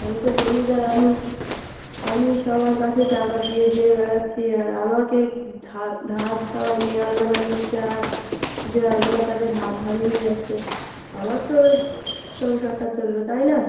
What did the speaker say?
আমি তো জমিদার আমি আমি সবার কাছে টাকা দিয়ে দিয়ে বেড়াচ্ছি আর আমাকে ধার সবাই নেওয়ার বেলা নিচ্ছে আর দেওয়ার বেলা তাদের হাত ভারী হয়ে যাচ্ছে আমার তো সংসারটা চলবে তাই না